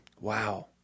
Wow